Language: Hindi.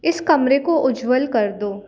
इस कमरे को उज्ज्वल कर दो